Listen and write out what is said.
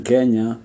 Kenya